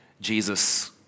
Jesus